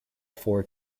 four